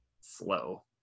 slow